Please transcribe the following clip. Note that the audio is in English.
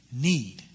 need